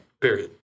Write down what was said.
Period